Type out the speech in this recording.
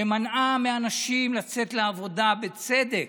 שמנעה מאנשים לצאת לעבודה, בצדק,